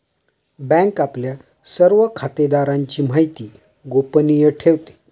bank आपल्या सर्व खातेदारांची माहिती गोपनीय ठेवते